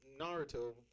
Naruto